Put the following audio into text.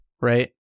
right